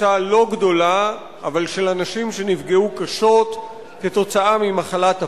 אותה קבוצה לא גדולה של אנשים שנפגעו קשות ממחלת הפוליו.